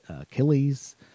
Achilles